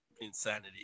insanity